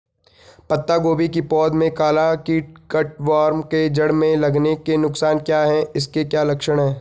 पत्ता गोभी की पौध में काला कीट कट वार्म के जड़ में लगने के नुकसान क्या हैं इसके क्या लक्षण हैं?